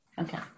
Okay